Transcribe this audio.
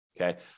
okay